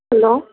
hello